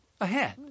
Ahead